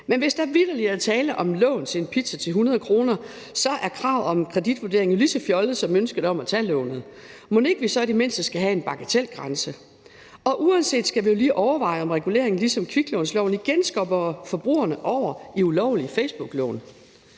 men hvis der vitterlig er tale om lån til en pizza til 100 kr., så er kravet om kreditvurdering jo lige så fjollet som ønsket om at tage lånet. Mon ikke vi så i det mindste skal have en bagatelgrænse? Og uanset hvad skal vi jo lige overveje, om reguleringen ligesom kviklånsloven igen skubber forbrugerne over i ulovlige facebooklån.